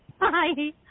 Hi